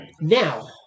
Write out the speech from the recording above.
now –